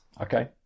Okay